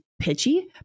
pitchy